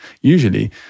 usually